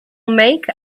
make